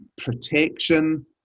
protection